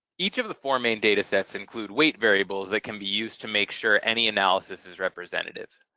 each of the four main data sets include weight variables that can be used to make sure any analysis is representative.